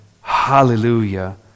Hallelujah